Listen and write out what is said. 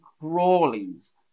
Crawleys